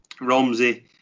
Romsey